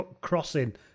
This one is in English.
crossing